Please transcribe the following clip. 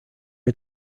are